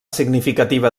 significativa